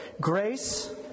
Grace